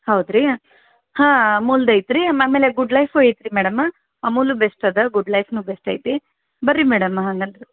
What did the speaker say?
ಹೌದು ರೀ ಹಾಂ ಅಮೂಲ್ದು ಐತ್ರಿ ಮ ಆಮೇಲೆ ಗುಡ್ಲೈಫು ಐತ್ರಿ ಮೇಡಮ್ಮ ಅಮೂಲು ಬೆಸ್ಟ್ ಇದೆ ಗುಡ್ಲೈಫ್ನು ಬೆಸ್ಟ್ ಐತಿ ಬನ್ರಿ ಮೇಡಮ್ ಹಂಗಂದ್ರೆ